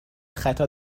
خطا